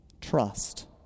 trust